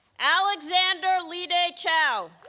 alexander li-deh chou